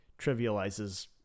trivializes –